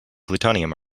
plutonium